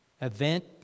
event